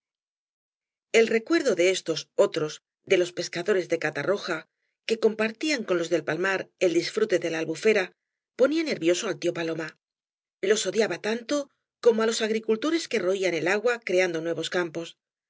el recuerdo de estos otros de loe pescadores de catarroja que compartían con los del palmar el disfrute de la albufera ponía nervioso al tío paloma los odiaba tanto como á los agricultores que roían el agua creando nuevos campos